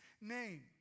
name